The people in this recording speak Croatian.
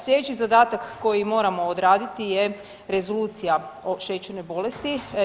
Sljedeći zadatak koji moramo odraditi je Rezolucija o šećernoj bolesti.